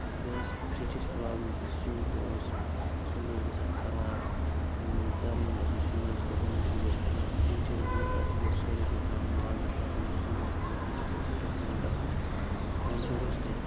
بیٚیہِ ٲس فِرٛچِچ پرٛابلِم تہِ سیُن تہٕ اوس سیُن اوس گژھان خراب دَرٕنۍ اوس نہٕ سیُن اوس مُشُک اوس پھیران فِرٛچ ییٚلہِ اوٚن تَتھ منٛز ٲسۍ سورُے کیٚنہہ تھاوان ماز ٲسۍ تھاوان تتھ منٛز سیُن ٲسۍ تھاوان تتھ منٛز اَصٕل پٲٹھۍ ٲسۍ تھاوان تتھ منٛز ٹٮ۪نشَن روٚستٕے